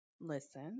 listen